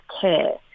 care